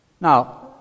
Now